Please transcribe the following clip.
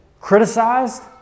criticized